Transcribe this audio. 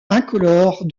incolore